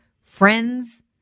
friends